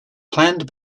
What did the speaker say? planned